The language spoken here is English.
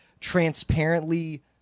transparently